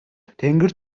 тэнгэр